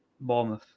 Bournemouth